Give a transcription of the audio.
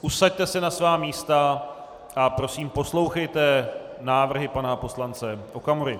Usaďte se na svá místa a prosím, poslouchejte návrhy pana poslance Okamury.